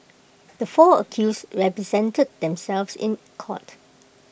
the four accused represented themselves in court